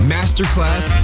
Masterclass